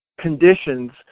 conditions